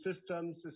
systems